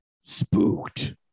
Spooked